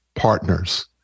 partners